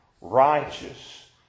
righteous